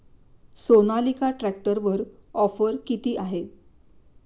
सोनालिका ट्रॅक्टरवर ऑफर किती आहे?